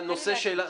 תן לי להגיד משפט.